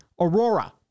Aurora